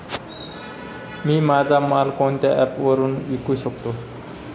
मी माझा माल कोणत्या ॲप वरुन विकू शकतो?